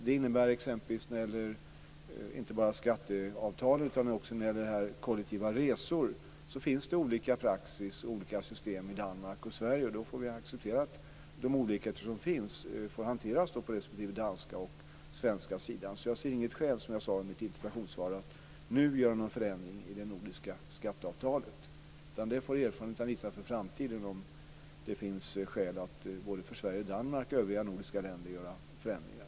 Det innebär att det inte bara när det gäller skatteavtal utan också när det gäller kollektiva resor finns olika praxis och olika system i Danmark och Sverige. Vi får acceptera att de olikheter som finns får hanteras på respektive danska och svenska sidan. Jag ser inget skäl, som jag sade i mitt interpellationssvar, att nu göra någon förändring i det nordiska skatteavtalet. Den framtida erfarenheten får visa om det finns skäl för Sverige, Danmark och övriga nordiska länder att göra förändringar.